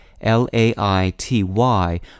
L-A-I-T-Y